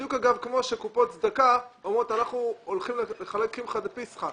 בדיוק כמו שקופות צדקה אומרות שהן הולכות לחלק קמחא דפסחא.